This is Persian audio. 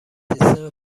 سیستم